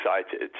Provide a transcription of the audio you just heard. excited